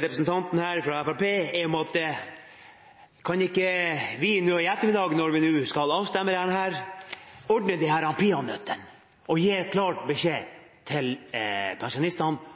representanten fra Fremskrittspartiet er: Kan ikke vi i ettermiddag, når vi skal stemme over dette, ordne disse peanøttene og gi klar beskjed til pensjonistene om at de fortsatt skal få papir? Aller først: Det er